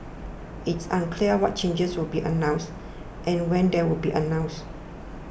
it is unclear what changes will be announced and when they will be announced